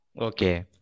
Okay